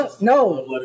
No